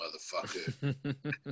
motherfucker